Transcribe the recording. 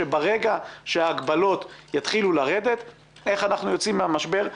שברגע שההגבלות יתחילו לרדת איך אנחנו יוצאים מהמשבר,